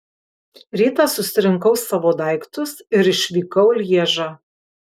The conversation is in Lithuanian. rytą susirinkau savo daiktus ir išvykau į lježą